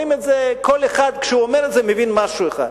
וכל אחד כשהוא אומר את זה מבין משהו אחר.